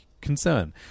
concern